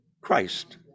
Christ